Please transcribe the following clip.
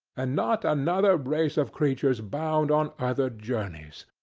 and not another race of creatures bound on other journeys.